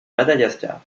madagascar